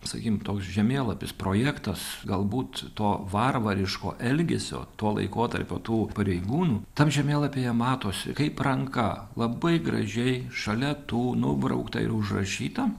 sakykim toks žemėlapis projektas galbūt to varvariško elgesio to laikotarpio tų pareigūnų tam žemėlapyje matosi kaip ranka labai gražiai šalia tų nubraukta ir užrašyta